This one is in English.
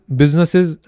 businesses